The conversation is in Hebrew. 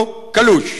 הוא קלוש.